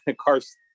cars